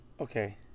Okay